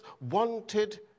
wanted